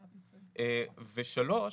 ושלוש,